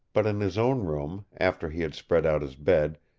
but in his own room, after he had spread out his bed,